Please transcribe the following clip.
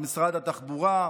במשרד התחבורה,